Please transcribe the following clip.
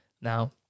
Now